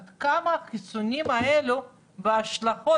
עד כמה החיסונים האלה וההשלכות,